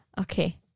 okay